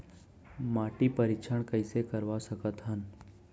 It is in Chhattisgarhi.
माटी परीक्षण कइसे करवा सकत हन?